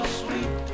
sweet